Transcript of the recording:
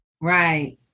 Right